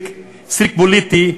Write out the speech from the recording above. טריק פוליטי,